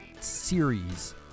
series